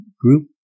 group